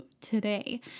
today